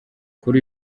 kuri